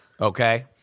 okay